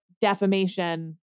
defamation